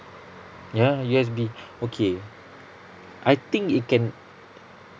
ya U_S_B okay I think it can